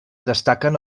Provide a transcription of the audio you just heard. destaquen